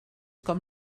com